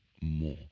more